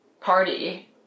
party